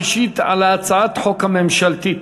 ראשית, על הצעת החוק הממשלתית,